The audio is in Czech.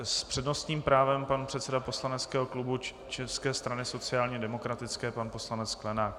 S přednostním právem pan předseda poslaneckého klubu České strany sociálně demokratické poslanec Sklenák.